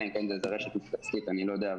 אלא אם כן זו רשת אני לא יודע,